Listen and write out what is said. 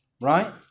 right